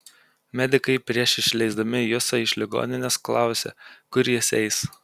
medikai prieš išleisdami jusą iš ligoninės klausė kur jis eis